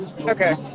Okay